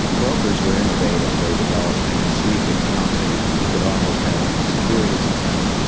brokers were innovative. they developed kind of sweep accounts, so you could you could almost have a securities account,